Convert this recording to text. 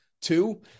Two